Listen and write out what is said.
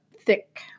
thick